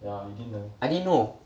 I didn't know